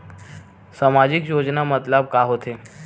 सामजिक योजना मतलब का होथे?